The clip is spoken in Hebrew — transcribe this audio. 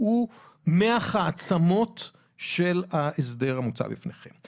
הוא מח העצמות של ההסדר המוצע בפניכם.